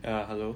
ya hello